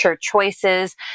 choices